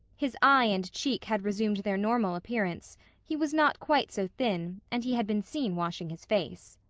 his eye and cheek had resumed their normal appearance he was not quite so thin and he had been seen washing his face.